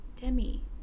Demi